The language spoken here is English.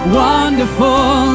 wonderful